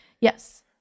Yes